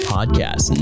Podcast